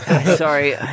Sorry